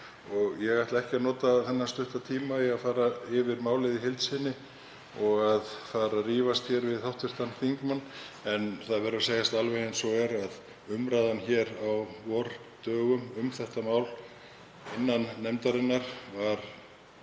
Ég ætla ekki að nota þennan tíma í að fara yfir málið í heild sinni og fara að rífast hér við hv. þingmann, en það verður að segjast alveg eins og er að umræðan á vordögum um þetta mál innan nefndarinnar var